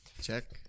Check